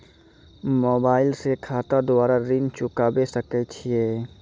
Mobile से खाता द्वारा ऋण चुकाबै सकय छियै?